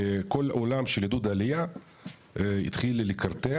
שכל עולם של עידוד עלייה התחיל לקרטע